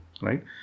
right